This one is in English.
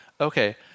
Okay